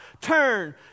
turn